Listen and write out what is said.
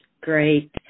Great